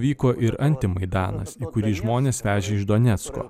vyko ir antį maidanas kuri žmones vežė iš donecko